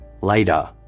Later